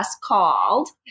called